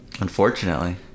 unfortunately